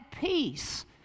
peace